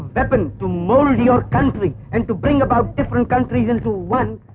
weapon to mold your country, and to bring about different countries into one.